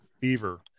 fever